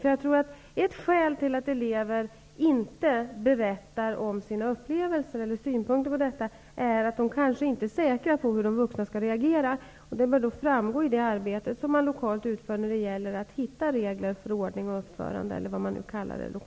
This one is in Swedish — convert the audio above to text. Jag tror nämligen att ett skäl till att elever inte berättar om eller ger synpunkter på sina upplevelser är att de kanske inte är säkra på hur de vuxna skall reagera. I det lokala arbetet bör ingå att hitta regler för ordning och uppförande, eller vad man lokalt kallar det för.